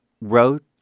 wrote